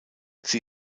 sie